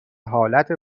حالت